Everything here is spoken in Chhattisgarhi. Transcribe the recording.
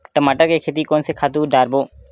टमाटर के खेती कोन से खातु डारबो?